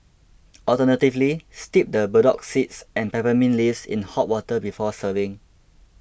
alternatively steep the burdock seeds and peppermint leaves in hot water before serving